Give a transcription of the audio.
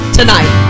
tonight